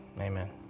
Amen